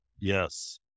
Yes